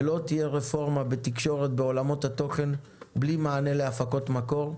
ולא תהיה רפורמה בעולמות התוכן בתקשורת בלי מענה להפקות מקור.